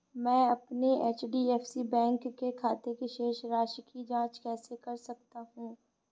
मैं अपने HDFC bank के खाते की शेष राशि की जाँच कैसे कर सकता हूँ?